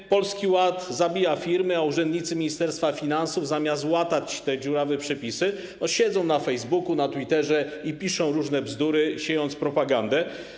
Tzw. Polski Ład zabija firmy, a urzędnicy Ministerstwa Finansów, zamiast łatać te dziurawe przepisy, siedzą na Facebooku, na Twitterze i piszą różne bzdury, siejąc propagandę.